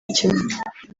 kimwe